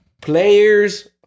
Players